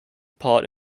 part